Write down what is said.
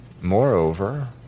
Moreover